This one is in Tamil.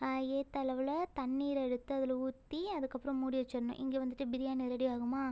ஏற்ற அளவில் தண்ணீரை எடுத்து அதில் ஊற்றி அதுக்கு அப்புறம் மூடி வச்சுடணும் இங்கே வந்துட்டு பிரியாணி ரெடி ஆகுமா